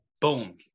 Boom